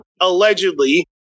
allegedly